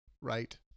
Right